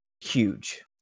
huge